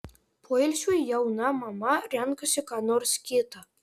poilsiui jauna mama renkasi ką nors kita